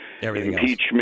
impeachment